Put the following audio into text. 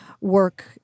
work